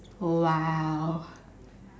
!wow!